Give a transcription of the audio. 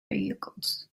vehicles